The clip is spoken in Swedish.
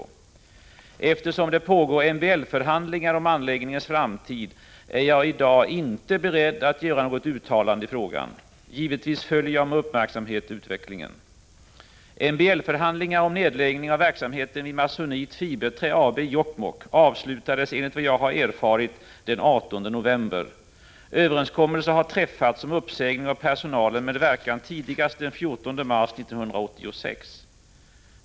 Eftersom det pågår MBL-förhandlingar om anläggningens framtid, är jag i dag inte beredd att göra något uttalande i frågan. Givetvis följer jag med uppmärksamhet utvecklingen. MBL-förhandlingar om nedläggning av verksamheten vid Masonite Fiberträ AB i Jokkmokk avslutades enligt vad jag erfarit den 18 november. Överenskommelse har träffats om uppsägning av personalen med verkan tidigast den 14 mars 1986.